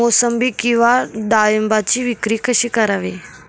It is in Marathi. मोसंबी किंवा डाळिंबाची विक्री कशी करावी?